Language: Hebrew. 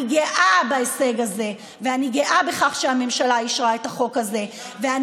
אני גאה בהישג הזה ואני גאה בכך שהממשלה אישרה את החוק ואני